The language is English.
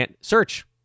Search